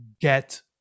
Get